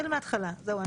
זהו,